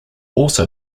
also